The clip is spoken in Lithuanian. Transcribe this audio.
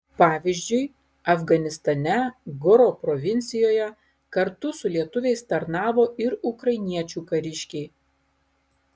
pavyzdžiui afganistane goro provincijoje kartu su lietuviais tarnavo ir ukrainiečių kariškiai